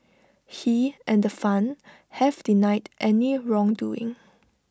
he and the fund have denied any wrongdoing